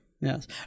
Yes